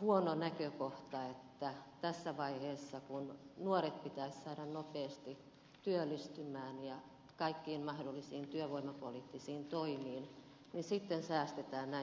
huono näkökohta että tässä vaiheessa kun nuoret pitäisi saada nopeasti työllistymään ja kaikkiin mahdollisiin työvoimapoliittisiin toimiin säästetään näin tärkeästä määrärahasta